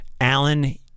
Alan